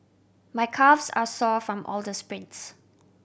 my calves are sore from all the sprints